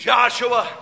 Joshua